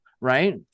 right